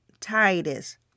Titus